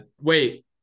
wait